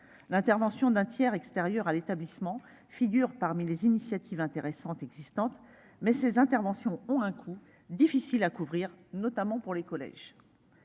L'intervention de tiers extérieurs à l'établissement figure parmi les initiatives intéressantes mises en oeuvre, mais cette intervention a un coût difficile à assumer, notamment pour les collèges.